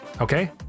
okay